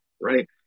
right